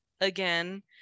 again